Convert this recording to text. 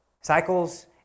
cycles